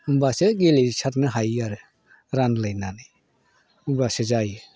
होनबासो गेलेसारनो हायो आरो रानलायनानै अब्लासो जायो